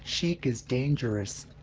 sheik is dangerous,